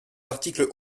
l’article